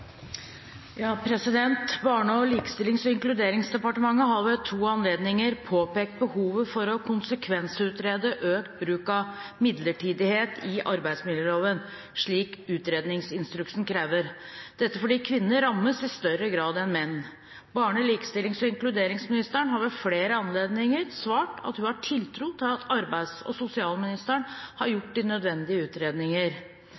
likestillings- og inkluderingsdepartementet har ved to anledninger påpekt behovet for å konsekvensutrede økt bruk av midlertidighet i arbeidsmiljøloven, slik utredningsinstruksen krever. Dette fordi kvinner rammes i større grad enn menn. Barne-, likestillings- og inkluderingsministeren har ved flere anledninger svart at hun har tiltro til at arbeids- og sosialministeren har